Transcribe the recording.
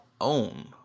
own